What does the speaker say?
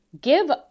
give